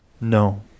No